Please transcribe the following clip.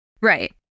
Right